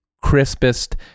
crispest